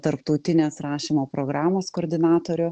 tarptautinės rašymo programos koordinatorių